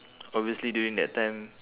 obviously during that time